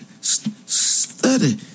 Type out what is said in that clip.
study